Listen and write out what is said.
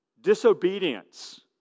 disobedience